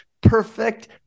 perfect